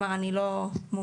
כלומר אני לא מומחית.